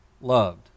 loved